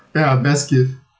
ya best gift